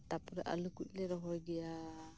ᱛᱟᱯᱚᱨ ᱟᱹᱞᱩ ᱠᱚᱞᱮ ᱨᱚᱦᱚᱭ ᱜᱮᱭᱟ